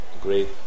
great